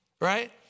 right